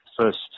first